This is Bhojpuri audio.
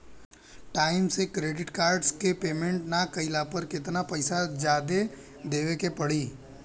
टाइम से क्रेडिट कार्ड के पेमेंट ना कैला पर केतना पईसा जादे देवे के पड़ी?